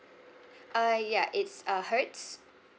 uh ya it's a hertz